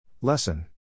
Lesson